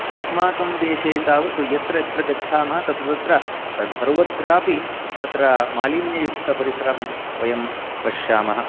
अस्माकं देशे तावत् यत्र यत्र गच्छामः तत्र तत्र तद् सर्वत्रापि अत्र मालिन्ययुक्तपरिसरं वयं पश्यामः